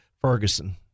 Ferguson